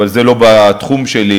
אבל זה לא בתחום שלי,